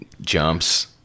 jumps